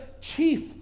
chief